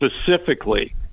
specifically